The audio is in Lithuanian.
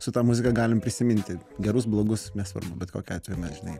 su ta muzika galim prisiminti gerus blogus nesvarbu bet kokiu atveju mes žinai